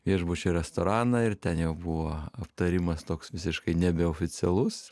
viešbučio restoraną ir ten jau buvo aptarimas toks visiškai nebe oficialus